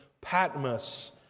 Patmos